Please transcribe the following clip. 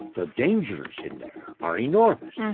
the dangers in there are enormous yeah